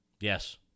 Yes